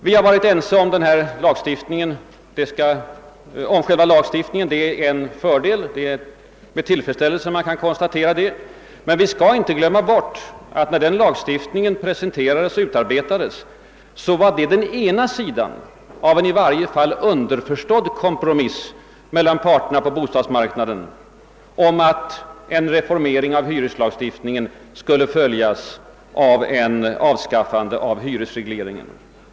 Vi har varit ense om den nya hyreslagstiftningen — det är med tillfredsställelse vi kan konstatera det. Men vi skall inte glömma bort att lagstiftningen när den presenterades och utarbetades utgjorde den ena delen av en, i varje fall underförstådd, kompromiss mellan parterna på bostadsmarknaden; en reformering av hyreslagstiftningen skulle följas av ett avskaffande av hyresregleringen.